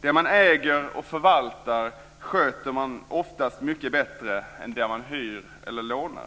Det man äger och förvaltar sköter man oftast mycket bättre än det man hyr eller lånar.